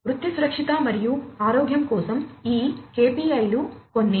వృత్తి సురక్షిత మరియు ఆరోగ్యం కోసం ఈ KPI లు కొన్ని